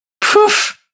Poof